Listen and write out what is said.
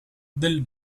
del